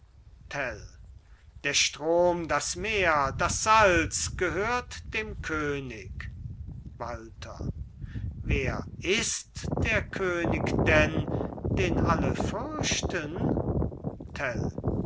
der strom das meer das salz gehört dem könig walther wer ist der könig denn den alle fürchten